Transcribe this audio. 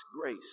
grace